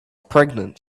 pregnant